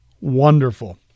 Wonderful